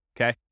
Okay